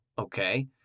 okay